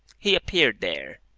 he appeared there.